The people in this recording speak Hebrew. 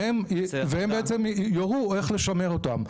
והם בעצם יורו איך לשמר אותם.